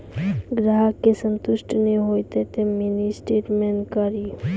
ग्राहक के संतुष्ट ने होयब ते मिनि स्टेटमेन कारी?